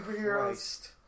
Superheroes